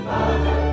Father